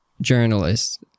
journalist